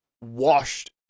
washed